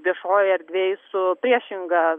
viešojoj erdvėj su priešinga